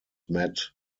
met